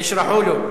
אישרַחוּ לה.